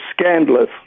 scandalous